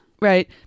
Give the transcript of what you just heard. Right